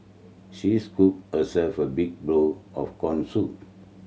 she scooped herself a big bowl of corn soup